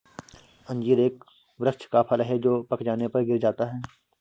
अंजीर एक वृक्ष का फल है जो पक जाने पर गिर जाता है